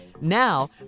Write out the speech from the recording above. Now